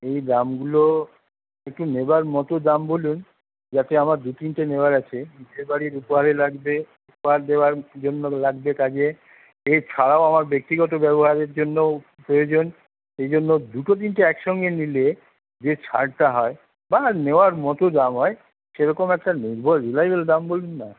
সেই দামগুলো একটু নেওয়ার মতো দাম বলুন যাতে আমার দু তিনটে নেওয়ার আছে বিয়েবাড়ির উপহারে লাগবে উপহার দেওয়ার জন্য লাগবে কাজে এছাড়াও আমার ব্যক্তিগত ব্যবহারের জন্য প্রয়োজন সেই জন্য দুটো তিনটে একসাথে মিলিয়ে যে ছাড়টা হয় বা নেওয়ার মতো দাম হয় সে রকম একটা নির্ভর রিলায়েবল দাম বলুন না